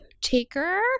taker